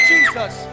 Jesus